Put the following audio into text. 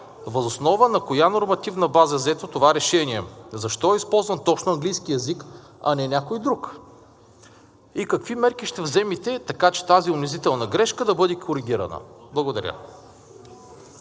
Въз основа на коя нормативна база е взето това решение? Защо е използван точно английски език, а не някой друг? И какви мерки ще вземете, така че тази унизителна грешка да бъде коригирана? Благодаря.